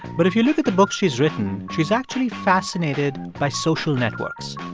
but if you look at the book she's written, she's actually fascinated by social networks,